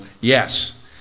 Yes